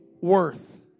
worth